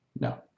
No